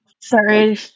sorry